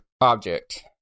object